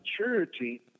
maturity